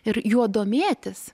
ir juo domėtis